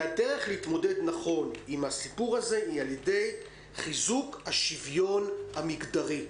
הדרך להתמודד נכון עם הסיפור הזה היא על ידי חיזוק השוויון המגדרי,